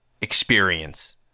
experience